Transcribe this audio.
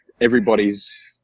everybody's